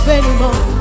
anymore